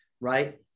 right